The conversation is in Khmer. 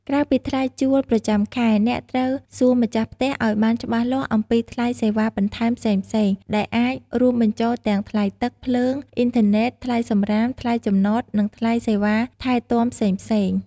ក្រៅពីថ្លៃជួលប្រចាំខែ អ្នកត្រូវសួរម្ចាស់ផ្ទះឱ្យបានច្បាស់លាស់អំពីថ្លៃសេវាបន្ថែមផ្សេងៗ ដែលអាចរួមបញ្ចូលទាំងថ្លៃទឹក ភ្លើង អ៊ីនធឺណេត ថ្លៃសំរាម ថ្លៃចំណត និងថ្លៃសេវាថែទាំផ្សេងៗ។